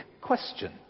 question